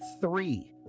three